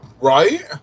Right